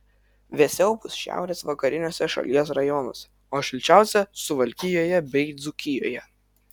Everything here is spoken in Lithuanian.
vėsiau bus šiaurės vakariniuose šalies rajonuose o šilčiausia suvalkijoje bei dzūkijoje